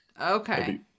Okay